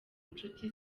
nshuti